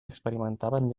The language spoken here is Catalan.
experimentaven